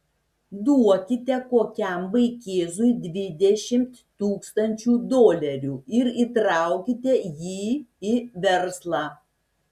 duokite kokiam vaikėzui dvidešimt tūkstančių dolerių ir įtraukite jį į verslą